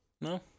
No